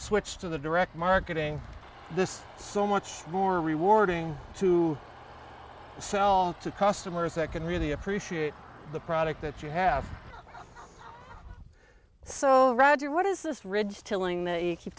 switched to the direct marketing this so much more rewarding to sell to customers that can really appreciate the product that you have so fragile what is this ridge killing they keep